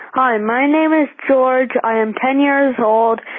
hi. my name is george. i am ten years old.